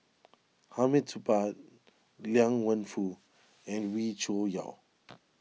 Hamid Supaat Liang Wenfu and Wee Cho Yaw